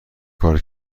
کار